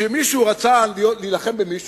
כשמישהו רצה להילחם במישהו,